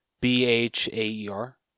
B-H-A-E-R